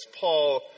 Paul